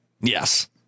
Yes